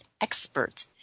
expert